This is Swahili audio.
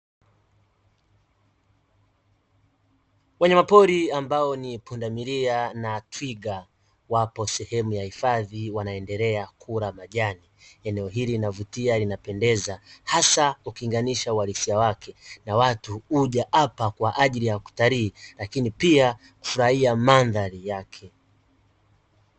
Wanyama pori ambao ni pundamilia na twiga wapo sehemu ya hifadhi wanaendelea kula majani eneo hili linavutia linapendeza hasa ukilinganisha uhalisia wake na watu huja hapa kwajili ya watalii lakini pia kufurahia madhari yake.